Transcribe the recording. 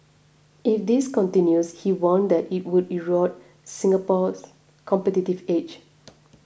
if this continues he warned that it would erode Singapore's competitive edge